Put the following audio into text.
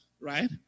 right